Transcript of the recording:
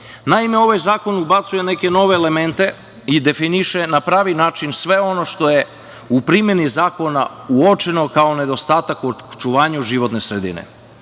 zakona. Naime, ovaj zakon ubacuje neke nove elemente i definiše na pravi način sve ono što je u primeni zakona uočeno kao nedostatak u očuvanju životne sredine.